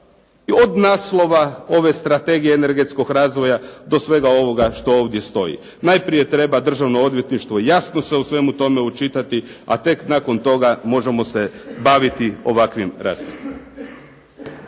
od naslova ove Strategije energetskog razvoja do svega ovoga što ovdje stoji. Najprije treba Državno odvjetništvo jasno se o svemu tome očitati a tek nakon toga možemo se baviti ovakvim razmjerima.